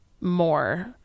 more